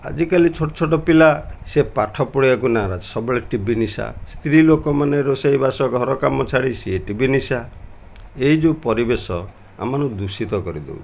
ଆଜିକାଲି ଛୋଟ ଛୋଟ ପିଲା ସିଏ ପାଠ ପଢ଼ିବାକୁ ନାରାଜ ସବୁବେଳେ ଟିଭି ନିଶା ସ୍ତ୍ରୀ ଲୋକମାନେ ରୋଷେଇବାସ ଘର କାମ ଛାଡ଼ି ସିଏ ଟିଭି ନିଶା ଏଇ ଯେଉଁ ପରିବେଶ ଆମ ମାନଙ୍କୁ ଦୂଷିତ କରିଦଉଛି